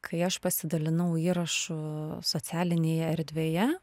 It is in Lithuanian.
kai aš pasidalinau įrašu socialinėj erdvėje